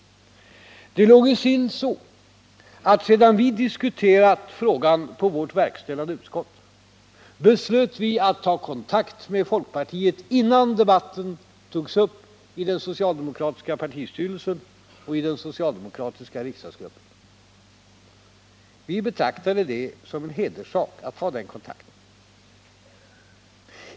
Det låg till så att sedan vi diskuterat frågan i vårt verkställande utskott beslöt vi att ta kontakt med folkpartiet innan debatten togs upp i den socialdemokratiska partistyrelsen och i den socialdemokratiska riksdagsgruppen. Vi betraktade det som en hederssak att ta den kontakten.